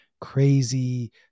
crazy